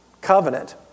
covenant